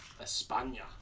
Espana